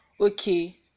okay